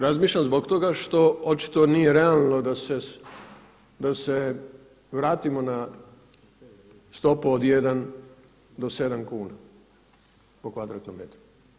Razmišljam zbog toga što očito nije realno da se vratimo na stopu od 1 do 7 kuna po kvadratnom metru.